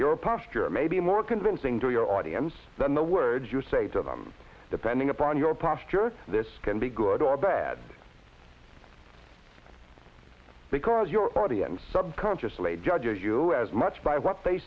your posture may be more convincing to your audience than the words you say to them depending upon your posture this can be good or bad because your audience sub conscious late judges you as much by what they